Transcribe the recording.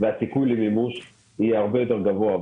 והתיקון למימוש הרבה יותר גבוהה.